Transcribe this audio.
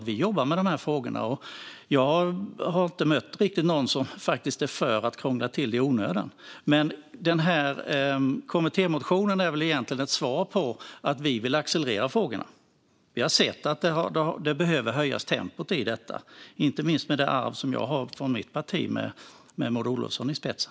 Vi jobbar med frågorna, och jag har faktiskt inte mött någon som är för att krångla till det i onödan. Men kommittémotionen är väl egentligen ett svar som betyder att vi vill accelerera farten i frågorna. Vi har sett att tempot behöver höjas, inte minst med tanke på det arv som jag har från mitt parti med Maud Olofsson i spetsen.